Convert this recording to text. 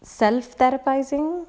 self therapizing